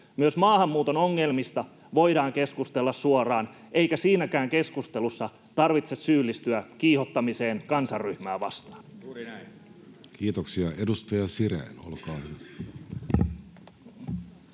Myös maahanmuuton ongelmista voidaan keskustella suoraan, eikä siinäkään keskustelussa tarvitse syyllistyä kiihottamiseen kansanryhmää vastaan. Kiitoksia. — Edustaja Sirén, olkaa hyvä.